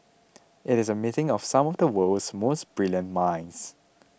it is a meeting of some of the world's most brilliant minds